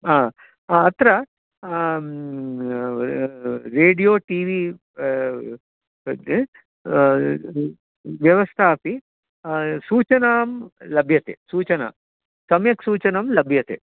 हा अत्र radio T V व्यवस्थायाम् अपि सूचनां लभ्यते सूचनां सम्यक् सूचनां लभ्यते